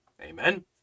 amen